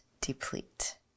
deplete